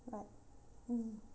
yup mm